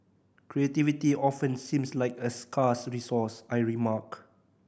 creativity often seems like a scarce resource I remark